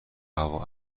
هوا